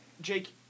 Jake